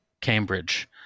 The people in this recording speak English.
Cambridge